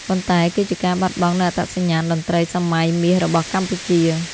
ប៉ុន្តែវាគឺជាការបាត់បង់នូវអត្តសញ្ញាណតន្ត្រីសម័យមាសរបស់កម្ពុជា។